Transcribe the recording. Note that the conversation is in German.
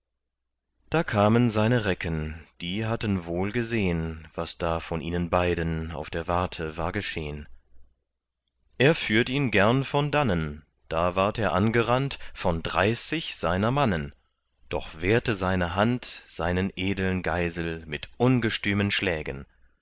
da kamen seine recken die hatten wohl gesehn was da von ihnen beiden auf der warte war geschehn er führt ihn gern von dannen da ward er angerannt von dreißig seiner mannen doch wehrte seine hand seinen edeln geisel mit ungestümen schlägen